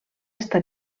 està